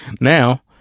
now